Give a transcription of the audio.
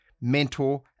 mentor